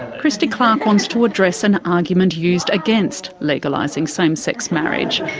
christy clark wants to address an argument used against legalising same-sex marriage,